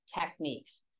techniques